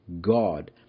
God